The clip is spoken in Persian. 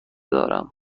دارم